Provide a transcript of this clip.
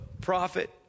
prophet